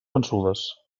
vençudes